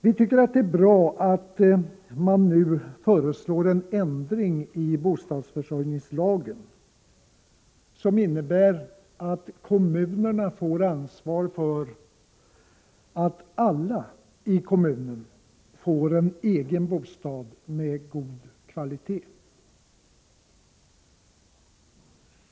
Vi tycker att det är bra att regeringen föreslår en ändring i bostadsförsörjningslagen som innebär att kommunerna har ansvar för att alla i kommunen får en egen bostad av god kvalitet.